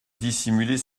dissimuler